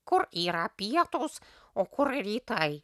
kur yra pietūs o kur rytai